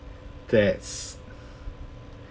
that's